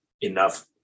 enough